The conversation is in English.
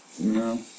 No